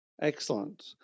Excellent